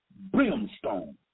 brimstone